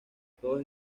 todos